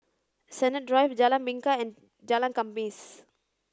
Sennett Drive Jalan Bingka and Jalan Khamis